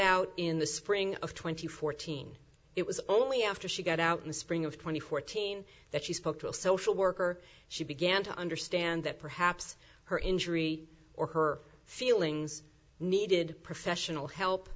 out in the spring of twenty fourteen it was only after she got out in the spring of twenty fourteen that she spoke to a social worker she began to understand that perhaps her injury or her feelings needed professional help